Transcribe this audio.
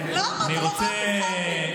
על זה היא תסכים.